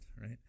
right